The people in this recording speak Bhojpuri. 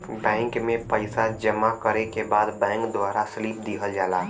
बैंक में पइसा जमा करे के बाद बैंक द्वारा स्लिप दिहल जाला